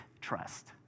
trust